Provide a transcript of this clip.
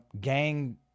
gang